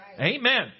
Amen